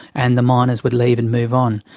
and the miners would leave and move on.